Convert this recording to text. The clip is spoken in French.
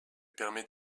permet